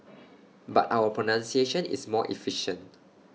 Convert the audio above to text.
but our pronunciation is more efficient